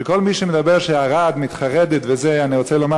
שכל מי שמדבר שערד מתחרדת אני רוצה לומר